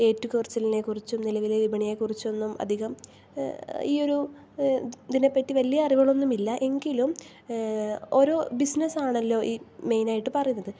ഏറ്റക്കുറച്ചിലിനെക്കുറിച്ചും നിലവിലെ വിപണിയെക്കുറിച്ചൊന്നും അധികം ഈയൊരു ഇതിനെപ്പറ്റി വലിയ അറിവുകളൊന്നും ഇല്ല എങ്കിലും ഓരോ ബിസിനസ് ആണല്ലോ ഈ മെയ്നായിട്ട് പറയുന്നത്